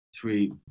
three